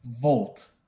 Volt